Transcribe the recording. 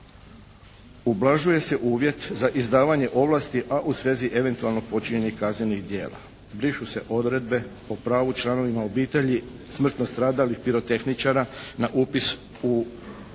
Ublažuje se uvjet za izdavanje ovlasti a u svezi eventualnog počinjenja kaznenih djela. Brišu se odredbe o pravu članovima obitelji smrtno stradalih pirotehničara na upis u obrazovne